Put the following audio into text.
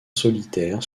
solitaire